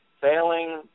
sailing